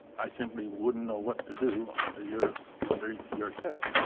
i simply wouldn't know what to do under your under your test.